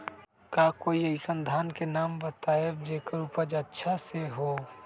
का कोई अइसन धान के नाम बताएब जेकर उपज अच्छा से होय?